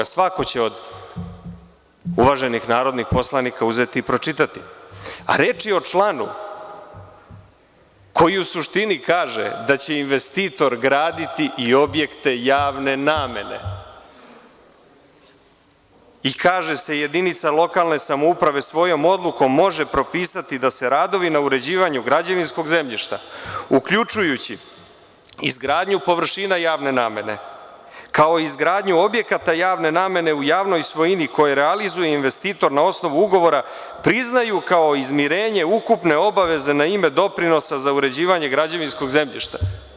Svako će od uvaženih narodnih poslanika uzeti i pročitati, a reč je o članu koji u suštini kaže da će investitor graditi i objekte javne namene i kaže se jedinica lokalne samouprave svojom odlukom može propisati da se radovi na uređivanju građevinskog zemljišta, uključujući izgradnju površina javne namene, kao i izgradnju objekata javne namene u javnoj svojini koju realizuje investitor na osnovu ugovora, priznaju kao izmirenje ukupne obaveze na ime doprinosa za uređivanje građevinskog zemljišta.